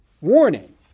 Warning